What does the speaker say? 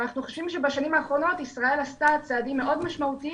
אנחנו חושבים שבשנים האחרונות ישראל עשתה צעדים מאוד משמעותיים